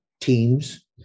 teams